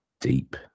deep